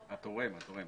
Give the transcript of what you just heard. התורם.